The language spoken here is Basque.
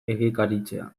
egikaritzea